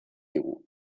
digu